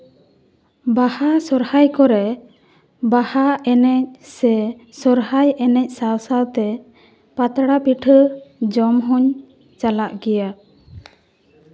ᱵᱟᱦᱟ ᱥᱚᱨᱦᱟᱭ ᱠᱚᱨᱮᱜ ᱵᱟᱦᱟ ᱮᱱᱮᱡ ᱥᱮ ᱥᱚᱨᱦᱟᱭ ᱮᱱᱮᱡ ᱥᱟᱶᱼᱥᱟᱶᱛᱮ ᱯᱟᱛᱲᱟ ᱯᱤᱴᱷᱟᱹ ᱡᱚᱢ ᱦᱚᱧ ᱪᱟᱞᱟᱜ ᱜᱮᱭᱟ